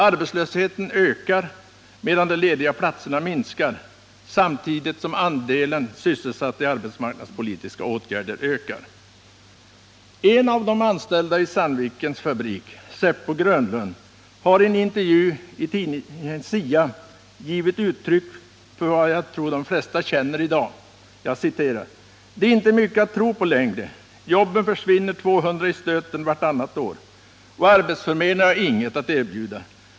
Arbetslösheten ökar, medan antalet lediga platser minskar, samtidigt som andelen sysselsatta genom arbetsmarknadspolitiska åtgärder ökar. En av de anställda i Sandvikens fabrik, Seppo Grönlund, har i en intervju i tidningen SIA gett uttryck åt vad de flesta känner i dag: ”Det är inte mycket att tro på längre. Jobben försvinner, 200 i stöten vartannat år. Och arbetsförmedlingen har inget.